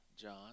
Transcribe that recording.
John